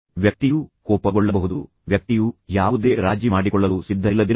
ವ್ಯಕ್ತಿಯು ಕೋಪಗೊಳ್ಳಬಹುದು ವ್ಯಕ್ತಿಯು ಯಾವುದೇ ರಾಜಿ ಮಾಡಿಕೊಳ್ಳಲು ಸಿದ್ಧರಿಲ್ಲದಿರಬಹುದು